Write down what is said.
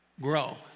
Grow